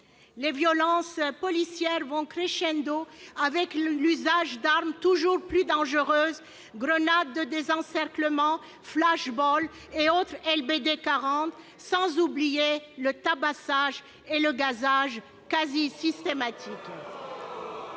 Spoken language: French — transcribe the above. Les violences policières vont avec l'usage d'armes toujours plus dangereuses : grenades de désencerclement, flash-ball et autres LBD 40, sans oublier le tabassage et le gazage quasi systématique.